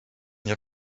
nie